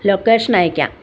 location അയയ്ക്കാം